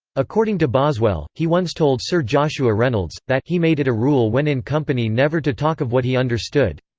according to boswell, he once told sir joshua reynolds, that he made it a rule when in company never to talk of what he understood.